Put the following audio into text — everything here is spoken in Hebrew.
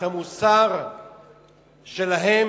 את המוסר שלהן,